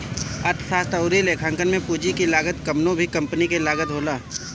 अर्थशास्त्र अउरी लेखांकन में पूंजी की लागत कवनो भी कंपनी के लागत होला